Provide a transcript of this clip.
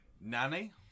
nanny